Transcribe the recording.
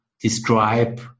describe